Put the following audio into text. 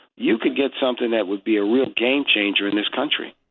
you could get something that would be a real game changer in this country.